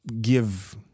give